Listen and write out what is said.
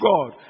God